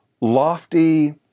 lofty